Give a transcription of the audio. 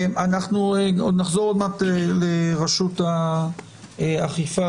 נחזור עוד מעט לרשות האכיפה